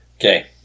Okay